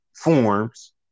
forms